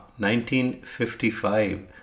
1955